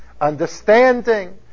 understanding